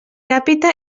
càpita